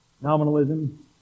Nominalism